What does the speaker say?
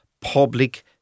public